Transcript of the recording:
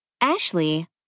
Ashley